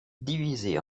divisé